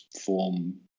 form